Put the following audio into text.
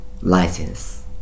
license